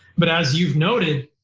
but as you've noted,